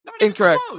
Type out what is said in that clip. Incorrect